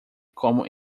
como